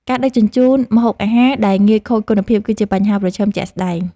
ការដឹកជញ្ជូនម្ហូបអាហារដែលងាយខូចគុណភាព គឺជាបញ្ហាប្រឈមជាក់ស្ដែង។